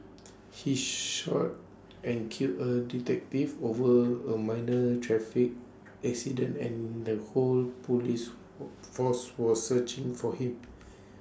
he shot and killed A detective over A minor traffic accident and the whole Police force was searching for him